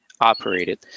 operated